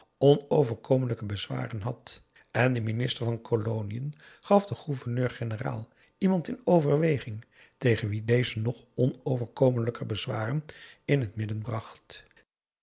onoverkomelijke bezwaren had en de minister van koloniën gaf den gouverneur-generaal iemand in overweging tegen wien deze nog onoverkomelijker bezwaren in het midden bracht